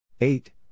Eight